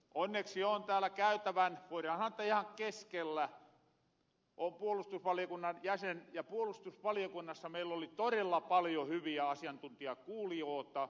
onneksi on täällä käytävän voidaan sanoa ihan keskellä puolustusvaliokunnan jäsen ja puolustusvaliokunnassa meilloli torella paljon hyviä asiantuntijakuulijoota